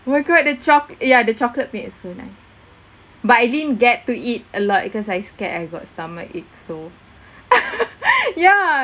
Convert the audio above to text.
oh my god the choc~ ya the chocolate mix so nice but I didn't get to eat a lot because I scared I got stomach ache so ya